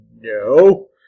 No